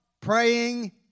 praying